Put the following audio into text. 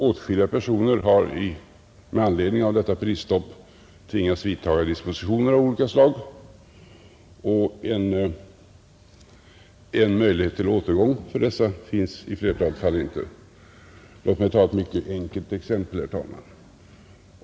Åtskilliga personer har med anledning av detta prisstopp tvingats vidta dispositioner av olika slag, och en möjlighet till återgång för dessa finns i flertalet fall inte. Låt mig ta ett mycket enkelt exempel, herr talman!